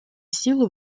силу